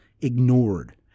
ignored